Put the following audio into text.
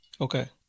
Okay